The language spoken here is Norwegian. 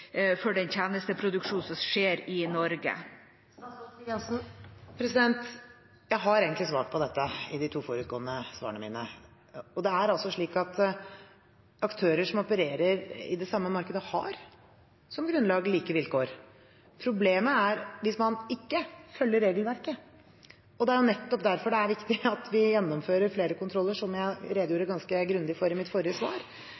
for den tjenesteproduksjonen som skjer i Norge? Jeg har egentlig svart på dette i de to forutgående svarene mine. Det er altså slik at aktører som opererer i det samme markedet, som grunnlag har like vilkår. Problemet er hvis man ikke følger regelverket. Det er nettopp derfor det er viktig at vi gjennomfører flere kontroller, som jeg redegjorde ganske grundig for i mitt forrige svar.